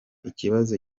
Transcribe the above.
ikibazo